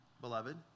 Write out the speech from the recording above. beloved